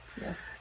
Yes